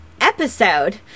episode